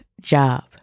job